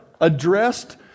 addressed